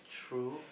true